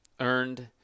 earned